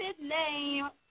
name